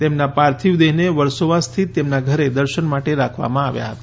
તેમના પાર્થિવ દેહને વર્સોવા સ્થિત તેમનાં ઘરે દર્શન માટે રાખવામાં આવ્યો હતો